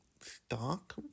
stock